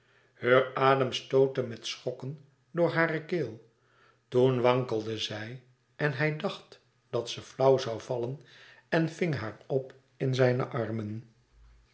heur adem stootte met schokken door hare keel toen wankelde zij en hij dacht dat ze flauw zoû vallen en ving haar op in zijne armen